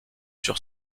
sur